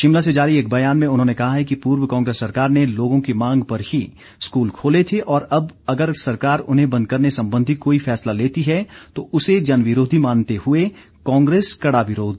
शिमला से जारी एक बयान में उन्होंने कहा है कि पूर्व कांग्रेस सरकार ने लोगों की मांग पर ही स्कूल खोले थे और अब अगर सरकार उन्हें बंद करने संबंधी कोई फैसला लेती है तो उसे जन विरोधी मानते हुए कांग्रेस कड़ा विरोध